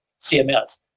CMS